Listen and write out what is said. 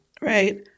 right